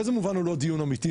באיזה מובן הוא לא דיון אמיתי?